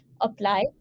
apply